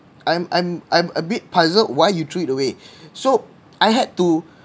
I'm I'm I'm a bit puzzled why you threw it away so I had to